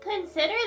Consider